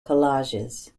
collages